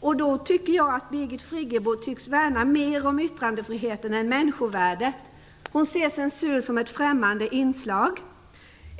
Under sådana förhållanden tycks Birgit Friggebo värna mer om yttrandefriheten än om människovärdet. Hon ser censur som ett främmande inslag.